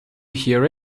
hear